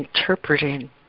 interpreting